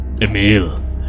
Emil